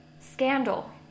Scandal